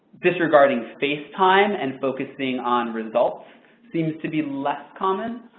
disregarding face time and focusing on results seems to be less common,